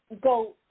go